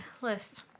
list